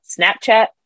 Snapchat